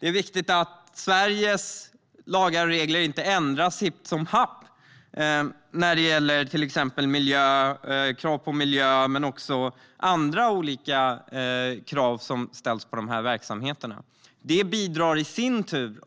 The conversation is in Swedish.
Det är viktigt att Sveriges lagar och regler inte ändras hipp som happ när det gäller krav på miljö och annat som gäller dessa verksamheter.